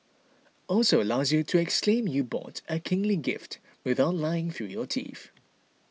also allows you to exclaim you bought a kingly gift without lying through your teeth